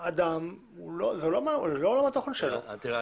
זה לא עולם התוכן של אותו אדם.